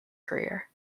career